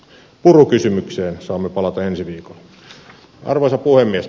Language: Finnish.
puru kysymykseen saamme palata ensi viikolla arvoisa puhemies